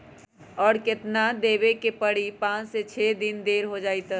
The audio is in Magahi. और केतना देब के परी पाँच से छे दिन देर हो जाई त?